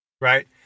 right